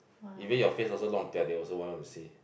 even your face also they also won't want to say